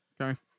Okay